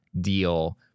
deal